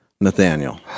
Nathaniel